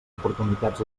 oportunitats